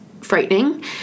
frightening